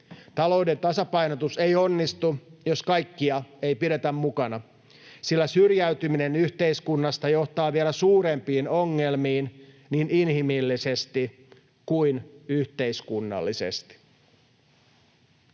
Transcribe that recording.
Talouden tasapainotus ei onnistu, jos kaikkia ei pidetä mukana, sillä syrjäytyminen yhteiskunnasta johtaa vielä suurempiin ongelmiin niin inhimillisesti kuin yhteiskunnallisesti.